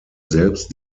selbst